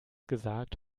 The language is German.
gesagt